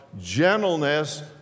gentleness